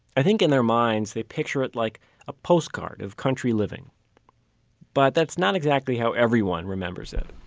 i think in their minds they picture it like a postcard of country living but that's not exactly how everyone remembers it.